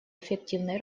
эффективной